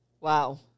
Wow